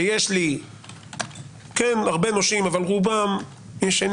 שיש לי הרבה נושים אבל רובם ישנים,